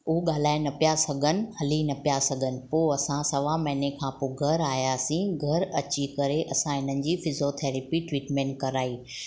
हू ॻाल्हाए न पिया सघनि हली न पिया सघनि पोइ असां सवा महिने खां पोइ घरु आयासीं घरु अची करे असां हिननि जी फिज़ियोथैरेपी ट्रीटमेंट कराई